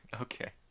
okay